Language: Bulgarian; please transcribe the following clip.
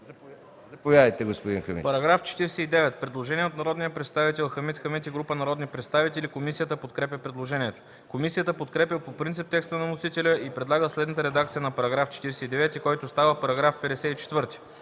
ДОКЛАДЧИК ХАМИД ХАМИД: По § 49 има предложение от народния представител Хамид Хамид и група народни представители. Комисията подкрепя предложението. Комисията подкрепя по принцип текста на вносителя и предлага следната редакция на § 49, който става § 54: „§ 54.